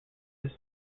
his